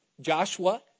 Joshua